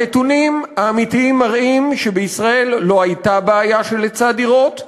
הנתונים האמיתיים מראים שבישראל לא הייתה בעיה של היצע דירות,